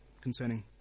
concerning